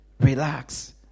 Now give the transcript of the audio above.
relax